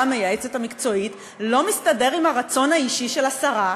המייעצת המקצועית לא מסתדר עם הרצון האישי של השרה?